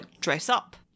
dress-up